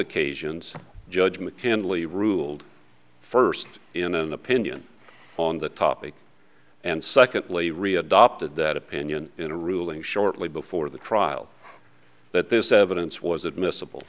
occasions judge mckinley ruled first in an opinion on the topic and secondly readopted that opinion in a ruling shortly before the trial that this evidence was admissible